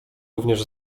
również